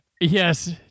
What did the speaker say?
yes